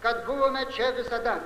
kad buvome čia visada